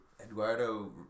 Eduardo